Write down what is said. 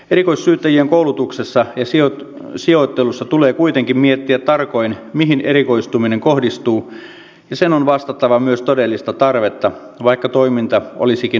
erikoissyyttäjien koulutuksessa ja sijoittelussa tulee kuitenkin miettiä tarkoin mihin erikoistuminen kohdistuu ja sen on vastattava myös todellista tarvetta vaikka toiminta olisikin valtakunnallista